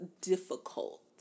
difficult